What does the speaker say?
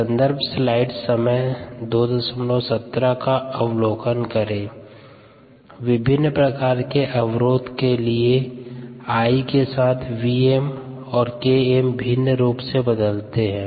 संदर्भ स्लाइड समय 0217 विभिन्न प्रकार के अवरोध के लिए I के साथ Vm और Km भिन्न रूप से बदलते हैं